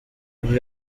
boo